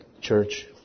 church